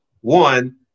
one